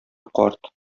карт